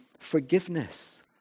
forgiveness